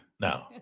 No